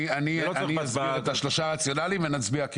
אני אסביר את שלושת הרציונאלים ונצביע.